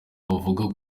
bavuga